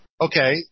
okay